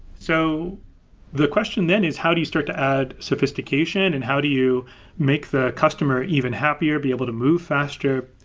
so the question then is, how do you start to add sophistication and how do you make the customer even happier, be able to move faster,